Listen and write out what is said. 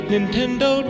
Nintendo